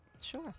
Sure